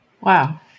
Wow